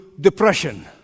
depression